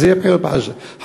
אז יהיו בחירות חדשות,